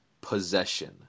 possession